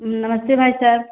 नमस्ते भाइ सर